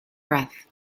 breath